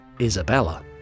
Isabella